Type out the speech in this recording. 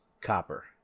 copper